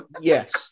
Yes